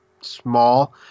small